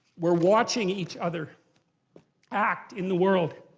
we're watching each other act in the world.